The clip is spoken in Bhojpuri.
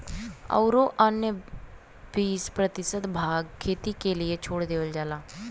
औरू अन्य बीस प्रतिशत भाग खेती क लिए छोड़ देवल जाला